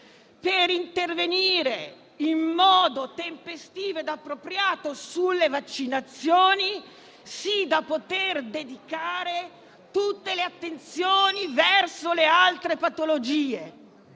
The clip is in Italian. per intervenire in modo tempestivo e appropriato sulle vaccinazioni, sì da poter dedicare tutte le attenzioni verso le altre patologie.